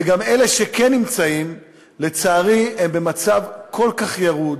ולצערי, גם אלה שכן נמצאים, הם במצב כל כך ירוד,